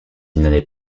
n’allait